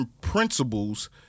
principles